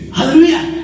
Hallelujah